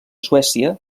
suècia